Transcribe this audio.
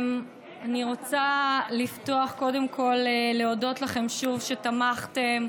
אני רוצה לפתוח קודם כול, להודות לכם שוב שתמכתם,